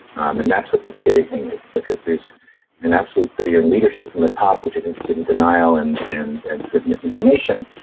um and that's what the scary thing is, because there's an absolute failure in leadership from the top, which is interested in denial and and and sort of misinformation.